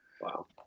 Wow